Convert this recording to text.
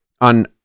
on